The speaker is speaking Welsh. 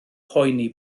poeni